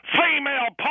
female